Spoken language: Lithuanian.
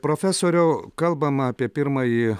profesoriau kalbama apie pirmąjį